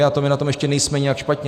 A to my na tom ještě nejsme nijak špatně.